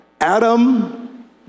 Adam